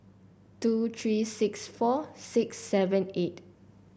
two three six four six seven eight